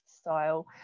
style